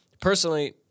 personally